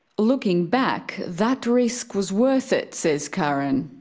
looking back, that risk was worth it, says karen.